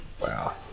Wow